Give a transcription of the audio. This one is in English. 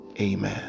Amen